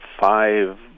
five